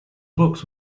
books